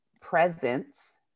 presence